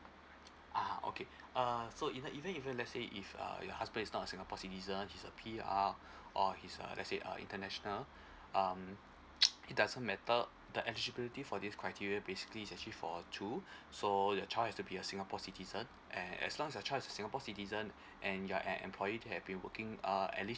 ah okay uh so in the event if uh let's say if err your husband is not a singapore citizen he is a P_R or he's a let's say a international um it doesn't matter the eligibility for this criteria basically is actually for two so the child has to be a singapore citizen and as long your child is a singapore citizen and you are at employed who have been working uh at least